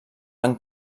van